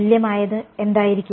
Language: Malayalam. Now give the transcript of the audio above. തുല്യമായത് എന്തായിരിക്കും